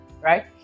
Right